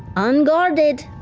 unguarded,